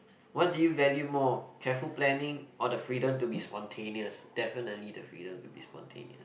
what do you value more careful planning or the freedom to be spontaneous definitely the freedom to be spontaneous